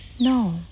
no